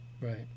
Right